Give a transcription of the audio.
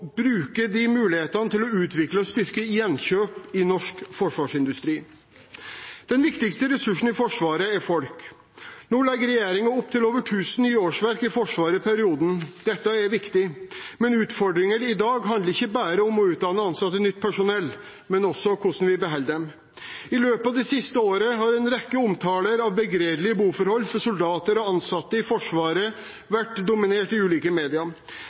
styrke gjenkjøp i norsk forsvarsindustri. Den viktigste ressursen i Forsvaret er folk. Nå legger regjeringen opp til over 1 000 nye årsverk i Forsvaret i perioden. Dette er viktig, men utfordringene i dag handler ikke bare om å utdanne og ansette nytt personell, men også om hvordan vi beholder dem. I løpet av det siste året har en rekke omtaler av begredelige boforhold for soldater og ansatte i Forsvaret vært dominerende i ulike